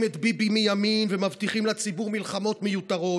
את ביבי מימין ומבטיחים לציבור מלחמות מיותרות.